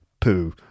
poo